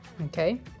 okay